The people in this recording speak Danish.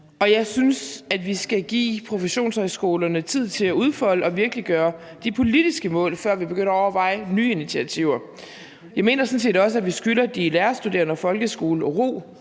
og jeg synes, at vi skal give professionshøjskolerne tid til at udfolde og virkeliggøre de politiske mål, før vi begynder at overveje nye initiativer. Jeg mener sådan set også, at vi skylder de lærerstuderende og folkeskolen ro